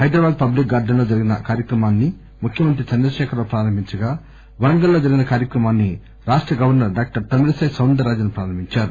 Hyderabad public gardens లో జరిగిన కార్యక్రమాన్ని ముఖ్యమంత్రి చంద్రశేఖర్ రావు ప్రారంభించగా వరంగల్ లో జరిగిన కార్యక్రమాన్ని రాష్ట గవర్సర్ డాక్టర్ తమిళిసై సౌందర రాజన్ ప్రారంభించారు